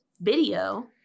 video